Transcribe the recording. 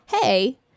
hey